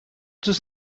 does